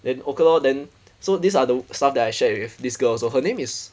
then okay lor then so these are the stuff that I shared with this girl also her name is